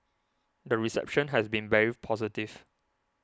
the reception has been very positive